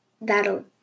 that'll